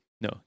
No